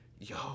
yo